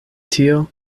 tio